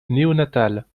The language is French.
néonatale